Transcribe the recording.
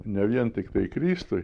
ne vien tiktai kristui